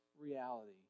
reality